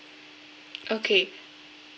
okay